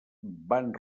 van